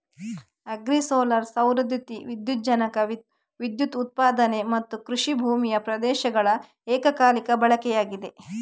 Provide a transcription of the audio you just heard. agri solar ಸೌರ ದ್ಯುತಿ ವಿದ್ಯುಜ್ಜನಕ ವಿದ್ಯುತ್ ಉತ್ಪಾದನೆ ಮತ್ತುಕೃಷಿ ಭೂಮಿಯ ಪ್ರದೇಶಗಳ ಏಕಕಾಲಿಕ ಬಳಕೆಯಾಗಿದೆ